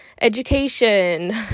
education